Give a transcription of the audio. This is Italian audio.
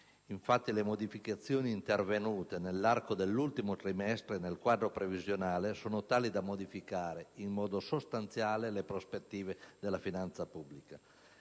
le variazioni intervenute nell'arco dell'ultimo trimestre nel quadro previsionale sono infatti tali da modificare in modo sostanziale le prospettive della finanza pubblica.